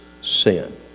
sin